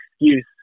excuse